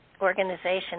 organization